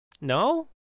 No